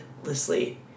endlessly